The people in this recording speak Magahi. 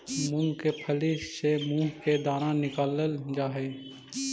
मूंग के फली से मुंह के दाना निकालल जा हई